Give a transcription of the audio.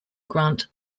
grant